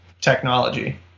technology